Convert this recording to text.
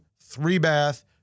three-bath